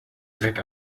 dreck